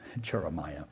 Jeremiah